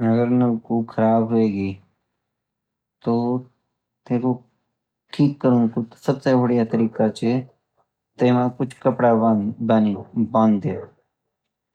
अगर नलकू खराब होगी तो टेकु ठीक कारन का सबसे बढ़िया तरीकाची तेमा कुछ कपडा बांध दिया